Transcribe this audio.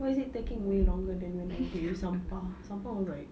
why is it taking way longer than when I date with sampah sampah was like